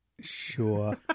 sure